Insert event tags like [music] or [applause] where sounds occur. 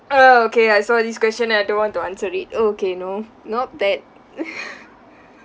ugh okay I saw this question and I don't want to answer it okay no not that [laughs]